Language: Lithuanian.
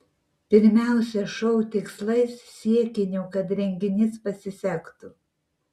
pirmiausia šou tikslais siekiniu kad renginys pasisektų